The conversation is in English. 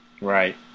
Right